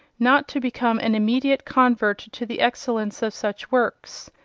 not to become an immediate convert to the excellence of such works,